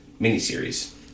miniseries